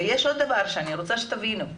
יש עוד דבר שאני רוצה שתבינו,